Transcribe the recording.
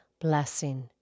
Blessing